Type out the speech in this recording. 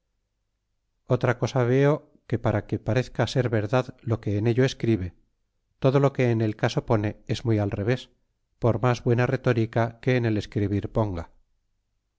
otra cosa veo que para que parezca ser verdad lo que en ello escribe todo lo que en el caso pone es muy atreves pormas buena retórica que en el escribir ponga